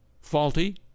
faulty